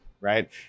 right